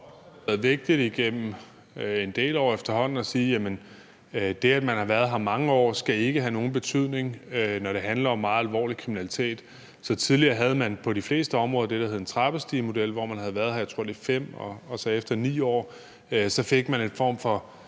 været vigtigt igennem en del år efterhånden at sige, at det, at man har været her i mange år, ikke skal have nogen betydning, når det handler om meget alvorlig kriminalitet. Så tidligere havde man på de fleste områder det, der hed en trappestigemodel, når man havde været her i 5 år, tror jeg det var, og så fik man efter